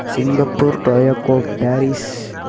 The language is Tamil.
Singapore Tokyo Paris